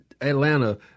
Atlanta